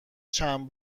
چند